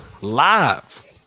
live